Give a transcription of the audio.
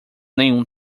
nenhum